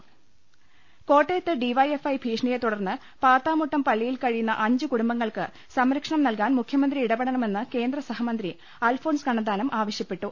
മ്ക്കാക്കാക്കാക്കുക കോട്ടയത്ത് D Y F I ഭീഷണിയെത്തു ടർന്ന് പാത്താമുട്ടം പള്ളിയിൽ കഴിയുന്ന അഞ്ച് കുടുംബങ്ങൾക്ക് സംരക്ഷണം നൽകാൻ മുഖ്യമന്ത്രി ഇട പെടണമെന്ന് കേന്ദ്രസഹമന്ത്രി അൽഫോൺസ് കണ്ണ ന്താനം ആവശ്യപ്പെട്ടു